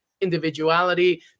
individuality